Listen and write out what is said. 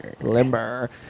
limber